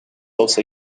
also